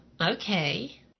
okay